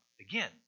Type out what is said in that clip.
again